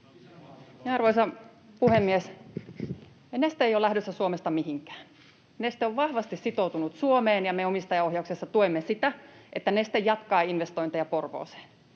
Arvoisa puhemies! Neste ei ole lähdössä Suomesta mihinkään. Neste on vahvasti sitoutunut Suomeen, ja me omistajaohjauksessa tuemme sitä, että Neste jatkaa investointeja Porvooseen.